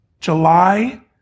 July